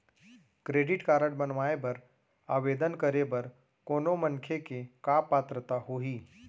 Credit card बनवाए बर आवेदन करे बर कोनो मनखे के का पात्रता होही?